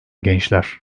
gençler